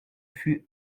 fut